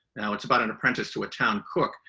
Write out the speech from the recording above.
now it's about an apprentice to a town cook,